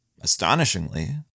Astonishingly